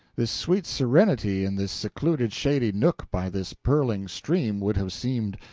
this sweet serenity in this secluded shady nook by this purling stream would have seemed,